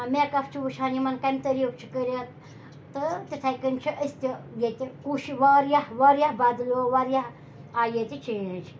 make up چھِ وٕچھان یِمَن کَمہِ طریٖق چھِ کٔرِتھ تہٕ تِتھَے کٔنۍ چھِ أسۍ تہِ ییٚتہِ کوٗشِش واریاہ واریاہ بَدلیو واریاہ آیہِ ییٚتہِ چینٛج